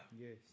Yes